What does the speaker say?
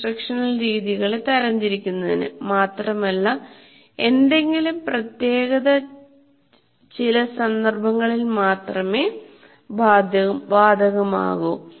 ഇൻസ്ട്രക്ഷണൽരീതികളെ തരംതിരിക്കുന്നതിന് മാത്രമല്ല ഏതെങ്കിലും പ്രത്യേകത ചില സന്ദർഭങ്ങളിൽ മാത്രമേ ബാധകമാകൂ